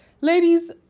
Ladies